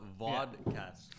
vodcast